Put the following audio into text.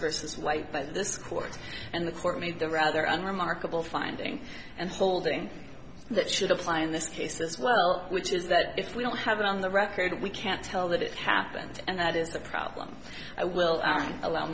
versus white but this court and the court made the rather unremarkable finding and holding that should apply in this case as well which is that if we don't have it on the record we can't tell that it happened and that is the problem i will allow